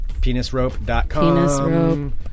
Penisrope.com